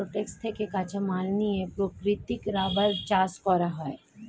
latex থেকে কাঁচামাল নিয়ে প্রাকৃতিক রাবার চাষ করা হয়